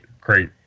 great